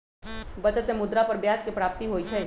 बचत में मुद्रा पर ब्याज के प्राप्ति होइ छइ